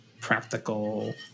practical